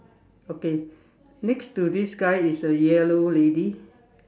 okay next to this guy is a yellow lady